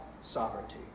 sovereignty